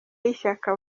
y’ishyaka